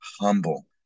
humble